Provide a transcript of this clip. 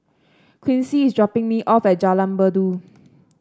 Quincy is dropping me off at Jalan Merdu